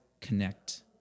connect